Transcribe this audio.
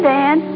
Dan